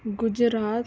Gujarat